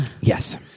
Yes